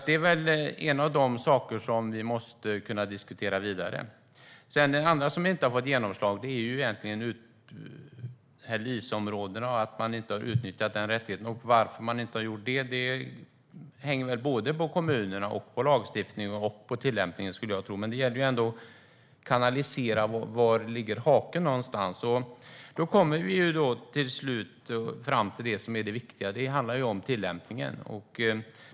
Det är väl en av de saker som vi måste kunna diskutera vidare. Det andra som inte har fått genomslag gäller LIS-områdena. Man har inte utnyttjat den rättigheten. Varför har man inte gjort det? Det hänger väl på kommunerna, på lagstiftningen och på tillämpningen, skulle jag tro. Men det gäller ändå att se var haken ligger någonstans. Då kommer vi till slut fram till det som är det viktiga. Det handlar om tillämpningen.